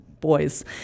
boys